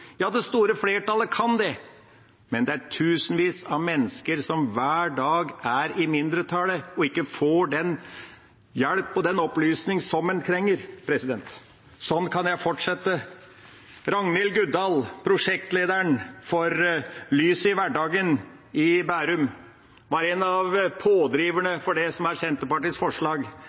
Ja, det store flertallet kan det, men det er tusenvis av mennesker i mindretallet og som hver dag ikke får den hjelp og den opplysning som de trenger. Sånn kan jeg fortsette. Ragnhild Guddal, prosjektlederen for Lyset i hverdagen i Bærum, var en av pådriverne for det som er Senterpartiets forslag.